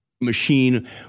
machine